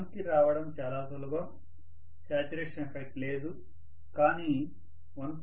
0 కి రావడం చాలా సులభం శాచ్యురేషన్ ఎఫెక్ట్ లేదు కానీ 1